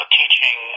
teaching